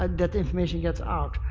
ah that information gets out.